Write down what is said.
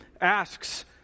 asks